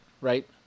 right